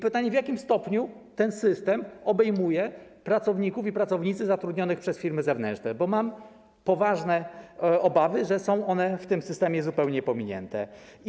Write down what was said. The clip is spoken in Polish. Pytanie, w jakim stopniu ten system obejmuje pracowników i pracownice zatrudnianych przez firmy zewnętrzne, bo mam poważne obawy, że są oni w tym systemie zupełnie pominięci.